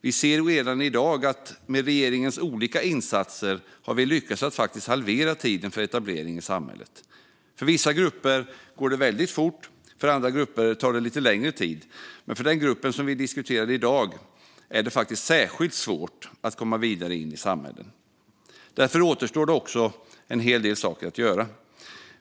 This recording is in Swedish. Vi ser redan i dag att med regeringens olika insatser har vi lyckats att faktiskt halvera tiden för etablering i samhället. För vissa grupper går det väldigt fort, för andra grupper tar det lite längre tid. Men för den gruppen som vi diskuterar i dag är det särskilt svårt att komma vidare in i samhället. Därför återstår det också en hel del saker att göra.